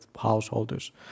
householders